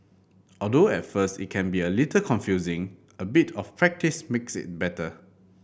although at first it can be a little confusing a bit of practise makes it better